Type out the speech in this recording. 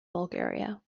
bulgaria